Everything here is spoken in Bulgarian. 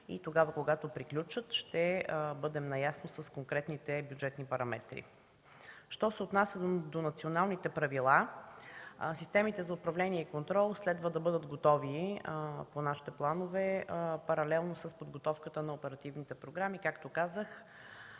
и тогава, когато приключат, ще бъдем наясно с конкретните бюджетни параметри. Що се отнася до националните правила, системите за управление и контрол следва да бъдат готови по нашите планове паралелно с подготовката на оперативните програми. Както казах,